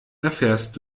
erfährst